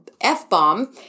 F-bomb